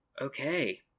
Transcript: Okay